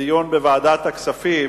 בדיון בוועדת הכספים